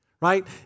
right